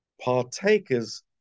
partakers